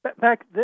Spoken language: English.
back